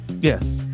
Yes